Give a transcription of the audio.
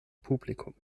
publikum